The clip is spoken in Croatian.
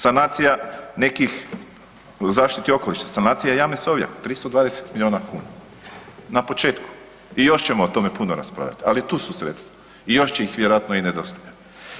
Sanacija nekih u zaštiti okoliša, sanacije jame Sovjak 320 milijuna kuna na početku i još ćemo o tome puno raspravljati, ali tu su sredstva i još će ih vjerojatno i nedostajati.